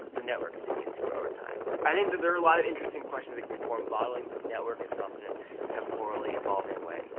the network continues to grow over time. i think that there are a lot of interesting questions that can be formed modeling the network itself, in a temporally evolving way.